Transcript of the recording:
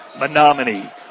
Menominee